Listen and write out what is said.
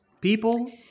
People